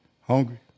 hungry